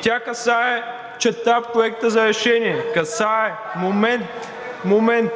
Тя касае – чета Проекта за решение. (Реплики.) Момент!